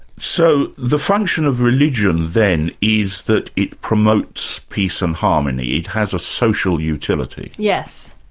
so the function of religion then is that it promotes peace and harmony. it has a social utility? yes,